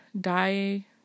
Die